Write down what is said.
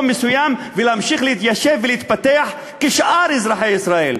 מסוים ולהמשיך להתיישב ולהתפתח כשאר אזרחי ישראל.